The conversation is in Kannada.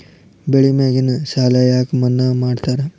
ಬೆಳಿ ಮ್ಯಾಗಿನ ಸಾಲ ಯಾಕ ಮನ್ನಾ ಮಾಡ್ತಾರ?